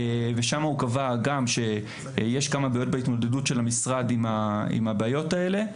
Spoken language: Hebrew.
הדו"ח קבע שיש כמה בעיות בהתמודדות של המשרד עם הבעיות האלה.